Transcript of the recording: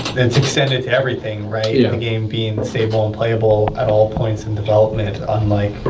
that's extended to everything, right? yeah. the game being stable and playable at all points in development, unlike,